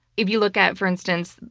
if you look at, for instance,